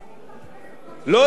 לא הבנתי את זה.